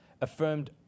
affirmed